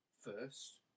first